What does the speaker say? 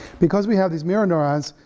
because we have these mirror neurons,